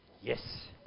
Yes